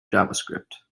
javascript